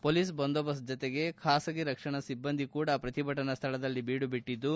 police ಬಂದೋಬಸ್ತ್ ಜತೆಗೆ ಬಾಸಗಿ ರಕ್ಷಣಾ ಸಿಬ್ಬಂದಿ ಕೂಡ ಪ್ರತಿಭಟನಾ ಸ್ಥಳದಲ್ಲಿ ಬೀಡುಬಿಟ್ಟಿದ್ದು